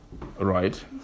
right